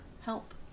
help